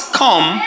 come